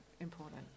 important